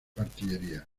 artillería